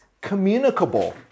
communicable